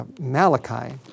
Malachi